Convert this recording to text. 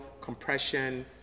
compression